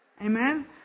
Amen